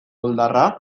oldarra